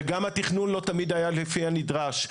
וגם התכנון לא תמיד היה לפי הנדרש.